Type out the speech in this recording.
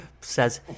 says